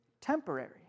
temporary